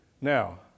Now